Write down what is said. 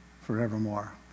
forevermore